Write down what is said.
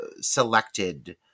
selected